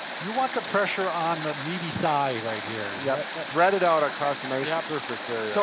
you want the pressure on the meaty thigh right here. yeah, spread it out across a nice yeah surface area. so,